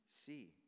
see